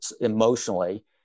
emotionally